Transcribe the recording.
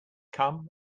come